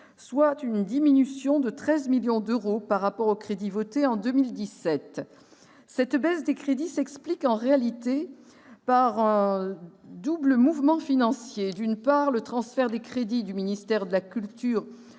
soit une diminution de 13 millions d'euros par rapport aux crédits votés en 2017. Cette baisse des crédits s'explique en réalité par un double mouvement financier : d'une part, le transfert des crédits du ministère de la culture